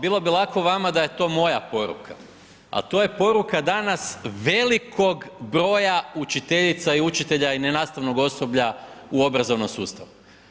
Bilo bi lako vama da je to moja poruka ali to je poruka danas velikog broja učiteljica i učitelja i nenastavnog osoblja u obrazovnom sustavu.